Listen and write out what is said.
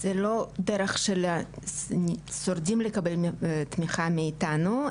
זו לא דרך של שורדים לקבל תמיכה מאיתנו,